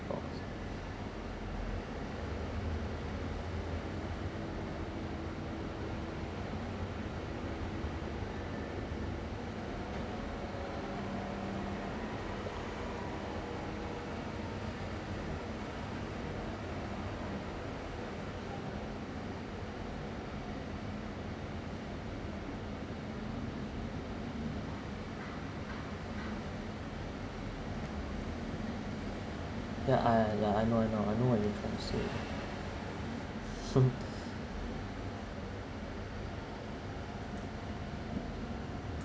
ya I know I know I know what you are trying to say